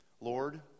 Lord